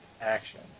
Action